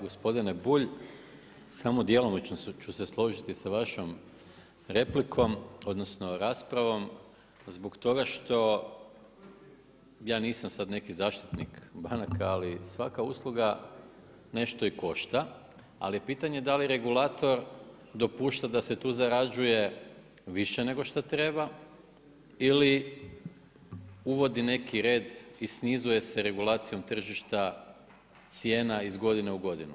Gospodine Bulj, samo djelomično ću se složiti sa vašom raspravom zbog toga što ja nisam sada neki zaštitnik banaka ali svaka usluga nešto i košta, ali je pitanje da li regulator dopušta da se tu zarađuje više nego šta treba ili uvodi neki red i snizuje se regulacijom tržišta cijena iz godine u godinu.